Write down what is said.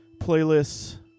playlists